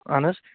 اَہَن حظ